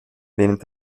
während